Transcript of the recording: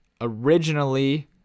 originally